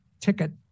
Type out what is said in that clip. ticket